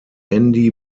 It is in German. andy